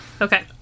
Okay